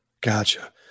Gotcha